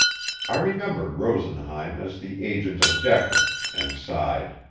i remembered rosenheim as the agent of decker, and sighed.